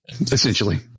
Essentially